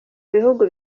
bihugu